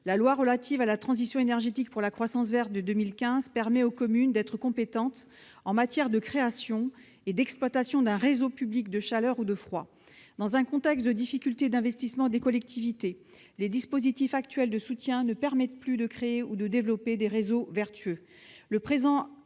de 2015 relative à la transition énergétique pour la croissance verte permet aux communes d'être compétentes en matière de création et d'exploitation d'un réseau public de chaleur ou de froid. Dans un contexte de difficultés d'investissement des collectivités territoriales, les dispositifs actuels de soutien ne permettent plus de créer ou de développer des réseaux vertueux.